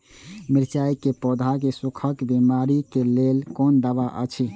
मिरचाई के पौधा के सुखक बिमारी के लेल कोन दवा अछि?